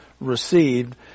received